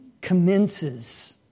commences